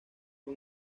fue